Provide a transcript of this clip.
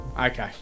Okay